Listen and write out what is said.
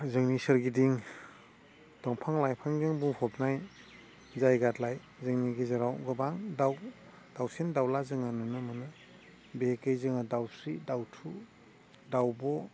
जोंनि सोरगिदिं दंफां लाइफांजों बुंफबनाय जायगालाय जोंनि गेजेराव गोबां दाउ दावसिन दावला जोङो नुनो मोनो बेहेखि जोङो दावस्रि दावथु दावब'